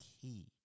key